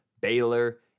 Baylor